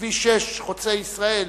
כביש 6, חוצה-ישראל,